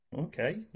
Okay